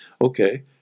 Okay